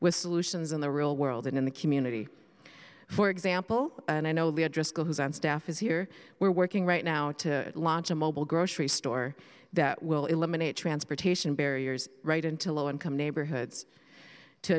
with solutions in the real world and in the community for example and i know the address goes on staff is here we're working right now to launch a mobile grocery store that will eliminate transportation barriers right into low income neighborhoods to